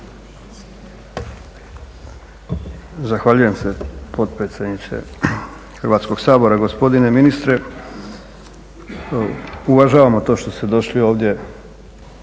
Zahvaljujem se potpredsjednice Hrvatskoga sabora. Gospodine ministre, uvažavamo to što ste došli ovdje